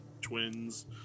twins